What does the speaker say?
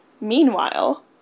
Meanwhile